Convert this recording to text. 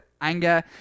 anger